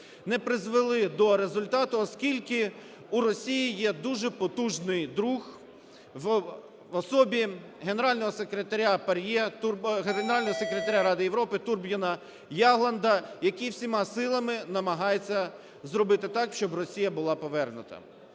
не призвели до результату, оскільки у Росії є дуже потужний друг в особі Генерального секретаря ПАРЄ, Генерального секретаря Ради Європи Турбйорна Ягланда, який всіма силами намагається зробити так, щоб Росія була повернута.